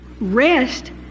Rest